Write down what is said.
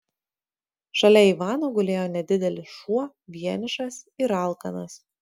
šalia ivano gulėjo nedidelis šuo vienišas ir alkanas